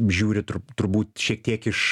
žiūri tur turbūt šiek tiek iš